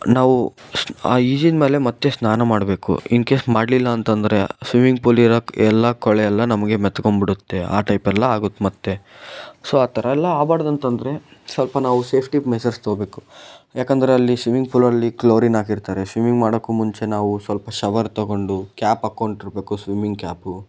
ನಾವು ಈಜಿದ ಮೇಲೆ ಮತ್ತು ಸ್ನಾನ ಮಾಡಬೇಕು ಇನ್ಕೇಸ್ ಮಾಡಲಿಲ್ಲ ಅಂತ ಅಂದ್ರೆ ಸ್ವಿಮ್ಮಿಂಗ್ ಪೂಲ್ ಇರೋ ಎಲ್ಲ ಕೊಳೆ ಎಲ್ಲ ನಮಗೆ ಮೆತ್ಕೊಂಡ್ಬಿಡುತ್ತೆ ಆ ಟೈಪೆಲ್ಲ ಆಗುತ್ತೆ ಮತ್ತೆ ಸೊ ಆ ಥರ ಎಲ್ಲ ಆಗಬಾರ್ದು ಅಂತ ಅಂದ್ರೆ ಸ್ವಲ್ಪ ನಾವು ಸೇಫ್ಟಿ ಮೆಷರ್ಸ್ ತಗೊಳ್ಬೇಕು ಯಾಕೆಂದರೆ ಅಲ್ಲಿ ಸ್ವಿಮ್ಮಿಂಗ್ ಪೂಲಲ್ಲಿ ಕ್ಲೋರಿನ್ ಹಾಕಿರ್ತಾರೆ ಸ್ವಿಮ್ಮಿಂಗ್ ಮಾಡೋಕು ಮುಂಚೆ ನಾವು ಸ್ವಲ್ಪ ಶವರ್ ತಗೊಂಡು ಕ್ಯಾಪ್ ಹಾಕ್ಕೊಂಡಿರ್ಬೇಕು ಸ್ವಿಮ್ಮಿಂಗ್ ಕ್ಯಾಪು